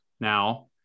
now